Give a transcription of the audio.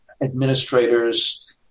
administrators